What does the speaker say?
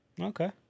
Okay